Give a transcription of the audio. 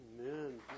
Amen